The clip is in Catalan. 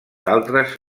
altres